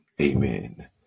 amen